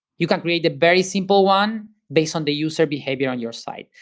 you can create a very simple one based on the user behavior on your site,